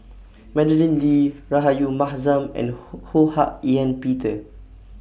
Madeleine Lee Rahayu Mahzam and Ho Ho Hak Ean Peter